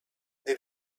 they